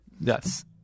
Yes